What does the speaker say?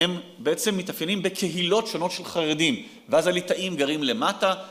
הם בעצם מתאפיינים בקהילות שונות של חרדים ואז הליטאים גרים למטה..